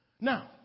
Now